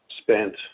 spent